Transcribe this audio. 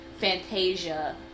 Fantasia